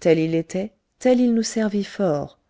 tel il était tel il nous servit fort